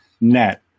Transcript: net